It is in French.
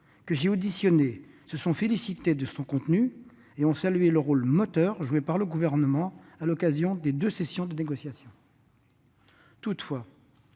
que j'ai auditionnées se sont félicitées des avancées qu'elle comporte, et ont salué le rôle moteur joué par le Gouvernement à l'occasion des deux sessions de négociation. « Toutefois,